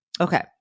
Okay